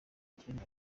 ikindi